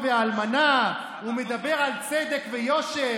וכתוצאה מהכניסה פנימה כל קבלן שמבצע עבודות בתחום הזה של כיבוי אש,